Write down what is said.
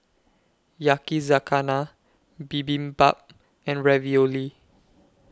Yakizakana Bibimbap and Ravioli